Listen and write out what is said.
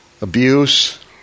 abuse